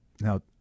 Now